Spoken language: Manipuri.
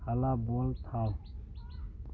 ꯍꯜꯂꯥ ꯕꯣꯜ ꯊꯥꯎ